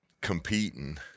competing